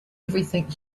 everything